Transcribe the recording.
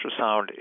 ultrasound